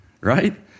right